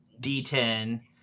D10